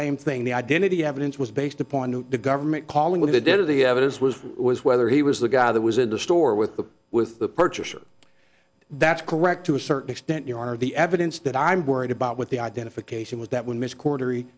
same thing the identity evidence was based upon the government calling in the dead of the evidence was was whether he was the guy that was in the store with the with the purchaser that's correct to a certain extent your honor the evidence that i'm worried about with the identification was that when mr quarter